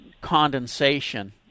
condensation